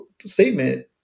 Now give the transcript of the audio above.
statement